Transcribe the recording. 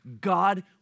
God